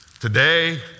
Today